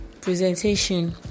presentation